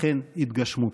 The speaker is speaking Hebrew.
אכן יתגשמו.